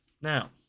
now